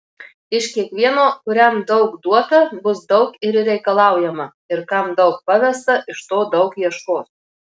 iš kiekvieno kuriam daug duota bus daug ir reikalaujama ir kam daug pavesta iš to daug ieškos